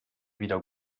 wieder